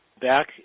Back